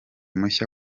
mushya